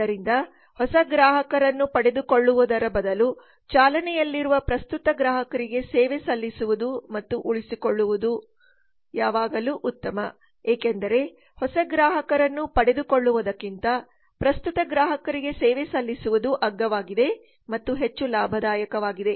ಆದ್ದರಿಂದ ಹೊಸ ಗ್ರಾಹಕರನ್ನು ಪಡೆದುಕೊಳ್ಳುವುದರ ಬದಲು ಚಾಲನೆಯಲ್ಲಿರುವ ಪ್ರಸ್ತುತ ಗ್ರಾಹಕರಿಗೆ ಸೇವೆ ಸಲ್ಲಿಸುವುದು ಮತ್ತು ಉಳಿಸಿಕೊಳ್ಳುವುದು ಯಾವಾಗಲೂ ಉತ್ತಮ ಏಕೆಂದರೆ ಹೊಸ ಗ್ರಾಹಕರನ್ನು ಪಡೆದುಕೊಳ್ಳುವುದಕ್ಕಿಂತ ಪ್ರಸ್ತುತ ಗ್ರಾಹಕರಿಗೆ ಸೇವೆ ಸಲ್ಲಿಸುವುದು ಅಗ್ಗವಾಗಿದೆ ಮತ್ತು ಹೆಚ್ಚು ಲಾಭದಾಯಕವಾಗಿದೆ